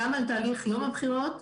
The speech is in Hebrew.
גם על תהליך יום הבחירות,